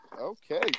Okay